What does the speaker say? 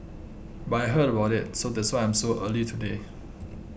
but I heard about it so that's why I'm so early today